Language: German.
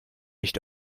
nicht